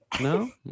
No